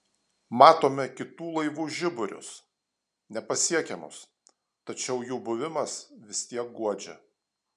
matome kitų laivų žiburius nepasiekiamus tačiau jų buvimas vis tiek guodžia